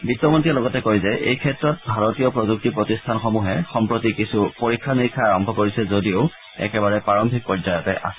বিন্তমন্ত্ৰীয়ে লগতে কয় যে এই ক্ষেত্ৰত ভাৰতীয় প্ৰযুক্তি প্ৰতিষ্ঠানসমূহে সম্প্ৰতি কিছু পৰীক্ষা নিৰীক্ষা আৰম্ভ কৰিছে যদিও একেবাৰে প্ৰাৰম্ভিক পৰ্যায়তে আছে